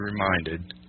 reminded